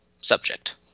subject